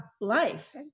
life